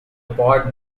pod